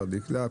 דקלה,